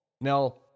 Now